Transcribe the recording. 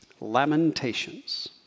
Lamentations